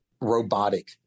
robotic